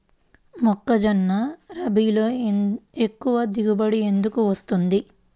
మొక్కజొన్న రబీలో ఎక్కువ దిగుబడి ఎందుకు వస్తుంది?